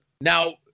Now